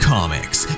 Comics